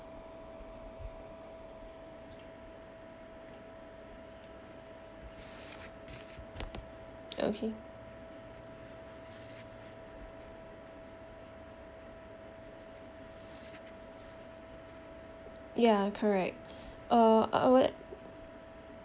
okay ya correct uh I would